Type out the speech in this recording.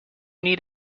need